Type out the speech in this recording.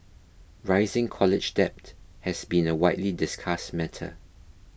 rising college debt has been a widely discussed matter